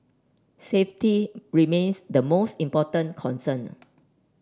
safety remains the most important concern